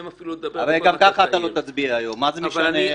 אפילו לדבר -- הרי גם ככה לא תצביע היום אז מה זה משנה?